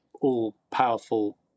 all-powerful